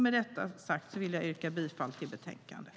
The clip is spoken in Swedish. Med detta sagt vill jag yrka bifall till förslaget i betänkandet.